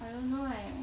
I don't know eh